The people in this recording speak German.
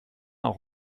auch